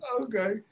Okay